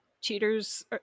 cheaters